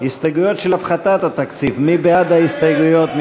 הסתייגויות של הפחתת התקציב, מי בעד ההסתייגויות?